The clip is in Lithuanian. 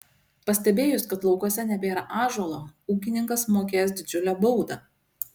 pastebėjus kad laukuose nebėra ąžuolo ūkininkas mokės didžiulę baudą